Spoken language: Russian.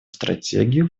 стратегию